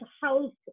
house